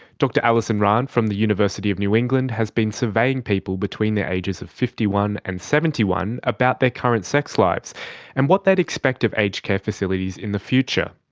dr alison rahn from the university of new england has been surveying people between the ages of fifty one and seventy one about their current sex lives and what they'd expect of aged care facilities in the future.